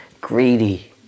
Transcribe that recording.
greedy